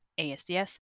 ASDS